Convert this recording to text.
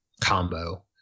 combo